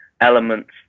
elements